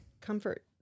comfort